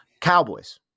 Cowboys